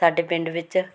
ਸਾਡੇ ਪਿੰਡ ਵਿੱਚ